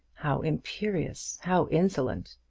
how imperious, how insolent.